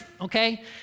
okay